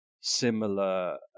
similar